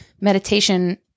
meditation